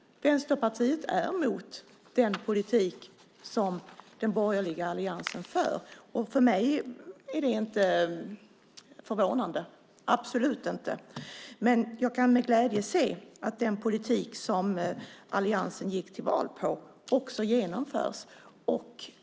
Vänsterpartiet är emot den politik som den borgerliga alliansen för. För mig är det inte förvånande, absolut inte. Jag kan med glädje se att den politik som alliansen gick till val på genomförs.